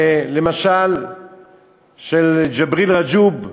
למשל של ג'יבריל רג'וב,